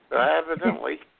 Evidently